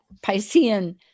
Piscean